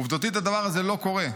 עובדתית הדבר הזה לא קורה.